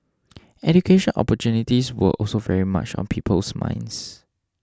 education opportunities were also very much on people's minds